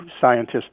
Scientists